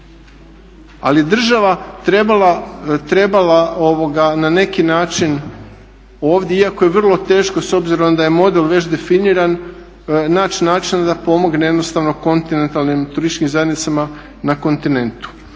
Ali je država trebala na neki način ovdje, iako je vrlo teško s obzirom da je model već definiran naći načina da pomogne jednostavno kontinentalnim turističkim zajednicama na kontinentu.